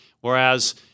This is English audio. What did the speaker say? Whereas